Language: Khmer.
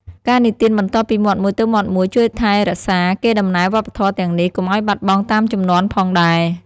ការនិទានបន្តពីមាត់មួយទៅមាត់មួយ ជួយថែរក្សាកេរដំណែលវប្បធម៌ទាំងនេះ កុំឲ្យបាត់បង់តាមជំនាន់ផងដែរ ។